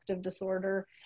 disorder